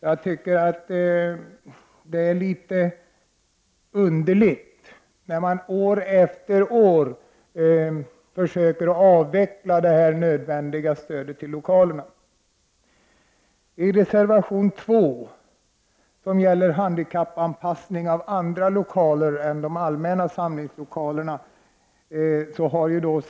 Jag tycker att det är litet underligt att man år efter år försöker avveckla det högst nödvändiga stödet till samlingslokaler. I reservation 2 framför centern krav på handikappanpassning av andra lokaler än allmänna samlingslokaler.